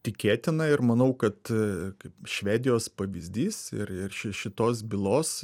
tikėtina ir manau kad kaip švedijos pavyzdys ir ir šitos bylos